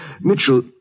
Mitchell